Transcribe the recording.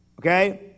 Okay